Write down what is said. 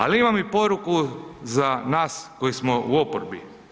Ali imam i poruku za nas koji smo u oporbi.